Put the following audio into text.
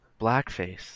blackface